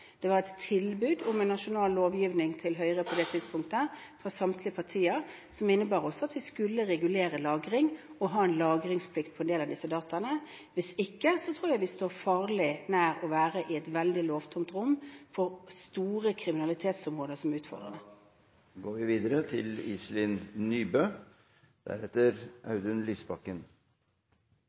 var på det tidspunktet et tilbud til Høyre fra samtlige partier om en nasjonal lovgivning som også innebar at vi skulle regulere lagring og ha en lagringsplikt på en del av disse dataene. Hvis ikke, tror jeg vi står farlig nær å være i et veldig lovtomt rom hvor store kriminalitetsområder utvikles. Iselin Nybø – til oppfølgingsspørsmål. Jeg vil gjerne følge opp spørsmålet til